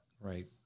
right